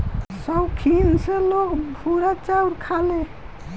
सौखीन से लोग भूरा चाउर खाले